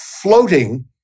floating